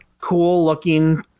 cool-looking